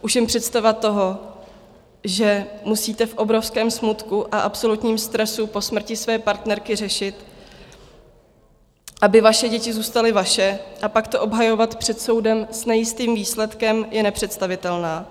Už jen představa toho, že musíte v obrovském smutku a absolutním stresu po smrti své partnerky řešit, aby vaše děti zůstaly vaše, a pak to obhajovat před soudem s nejistým výsledkem, je nepředstavitelná.